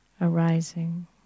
arising